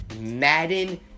Madden